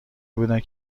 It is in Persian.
بودند